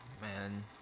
man